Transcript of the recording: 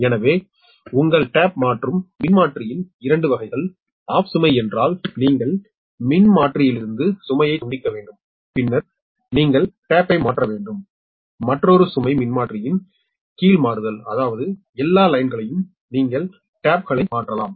எனவே உங்கள் டேப் மாற்றும் மின்மாற்றியின் இரண்டு வகைகள் ஆஃப் சுமை என்றால் நீங்கள் மின்மாற்றியிலிருந்து சுமையைத் துண்டிக்க வேண்டும் பின்னர் நீங்கள் தட்டலை மாற்ற வேண்டும் மற்றொரு சுமை மின்மாற்றியின் கீழ் மாறுதல் அதாவது எல்லா லைன்யையும் நீங்கள் தட்டலை மாற்றலாம்